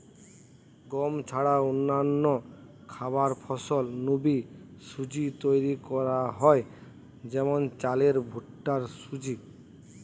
গম ছাড়া অন্যান্য খাবার ফসল নু বি সুজি তৈরি করা হয় যেমন চালের ভুট্টার সুজি